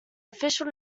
official